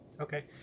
Okay